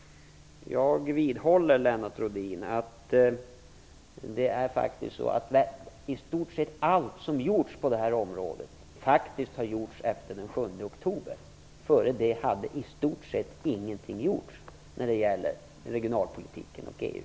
Jag vidhåller därför att i stort sett allt som har gjorts på det här området faktiskt har gjorts efter den 7 oktober. Innan dess hade i stort sett ingenting gjorts i fråga om regionalpolitiken och EU.